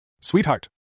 Sweetheart